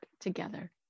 together